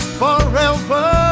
forever